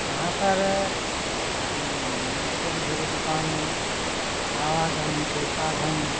वहाँ पर छोटी छोटी दुकानें आवागमन के साधन